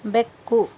ಬೆಕ್ಕು